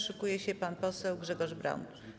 Szykuje się pan poseł Grzegorz Braun.